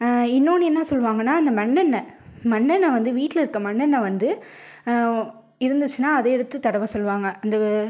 இன்னொன்று என்ன சொல்வாங்கன்னால் இந்த மண்ணெண்ணை மண்ணெண்ணை வந்து வீட்டில் இருக்கற மண்ணெண்ணை வந்து இருந்துச்சுனால் அதை எடுத்து தடவை சொல்வாங்க அந்த